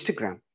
Instagram